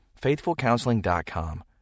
FaithfulCounseling.com